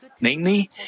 Namely